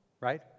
right